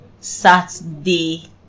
Saturday